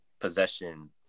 possession